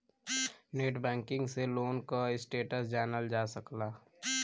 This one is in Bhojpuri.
नेटबैंकिंग से लोन क स्टेटस जानल जा सकला